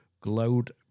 Glowed